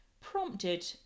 prompted